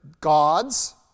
gods